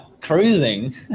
cruising